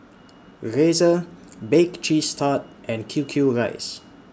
Razer Bake Cheese Tart and Q Q Rice